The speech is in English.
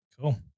Cool